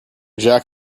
jack